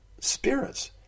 spirits